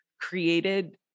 created